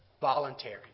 voluntary